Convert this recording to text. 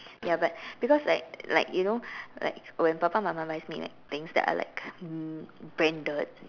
ya but because like like you know like when papa mama buys me like things that are like um branded